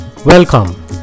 Welcome